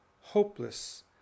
hopeless